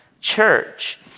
church